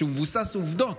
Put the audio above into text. שהוא מבוסס עובדות.